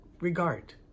regard